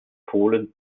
polen